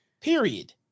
period